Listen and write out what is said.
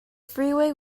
freeway